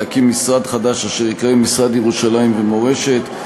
להקים משרד חדש אשר ייקרא משרד ירושלים ומורשת,